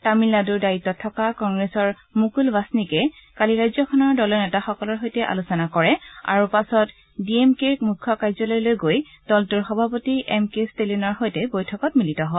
তামিলনাডুৰ দায়িত্বত থকা কংগ্ৰেছৰ মুকুল ৱাছনিকে কালি ৰাজ্যখনৰ দলৰ নেতাসকলৰ সৈতে আলোচনা কৰে আৰু পাছত ডি এম কেৰ মুখ্য কাৰ্যালয়লৈ গৈ দলটোৰ সভাপতি এম কে ট্টেলিনৰ সৈতে বৈঠকত মিলিত হয়